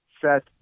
set